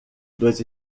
dos